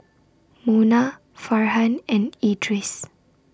Munah Farhan and Idris